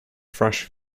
fresh